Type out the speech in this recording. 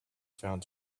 found